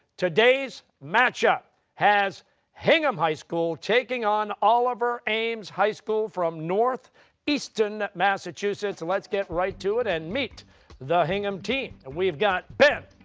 today's match-up has hingham high school taking on oliver ames high school from north easton, massachusetts. let's get right to it and meet the hingham team. and we've got ben,